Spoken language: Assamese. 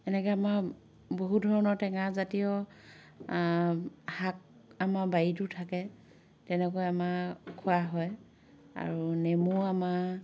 এনেকে আমাৰ বহু ধৰণৰ টেঙা জাতীয় শাক আমাৰ বাৰীতো থাকে তেনেকৈ আমাৰ খোৱা হয় আৰু নেমু আমাৰ